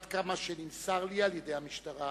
ככל שנמסר לי על-ידי המשטרה